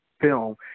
film